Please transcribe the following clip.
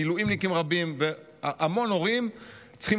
מילואימניקים רבים והמון הורים צריכים